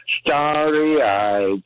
starry-eyed